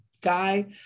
guy